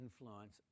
influence